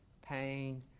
pain